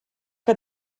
que